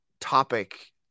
topic